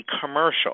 commercial